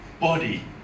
body